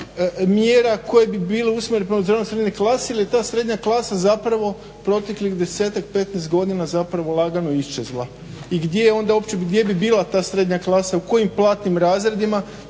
mjera koje bi bile usmjerene prema srednjoj klasi, jer je ta srednja klasa zapravo proteklih desetak, petnaest godina zapravo lagano iščezla. I gdje bi uopće bila ta srednja klasa, u kojim platnim razredima.